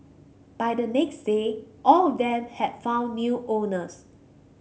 by the next day all of them had found new owners